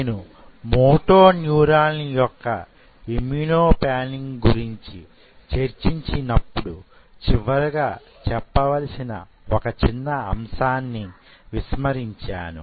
నేను మోటో న్యూరాన్లు యొక్క ఇమ్మ్యునో పాన్నింగ్ గురించి చర్చించినప్పుడు చివరగా చెప్పవలసిన ఒక చిన్న అంశాన్ని విస్మరించాను